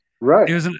Right